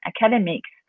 academics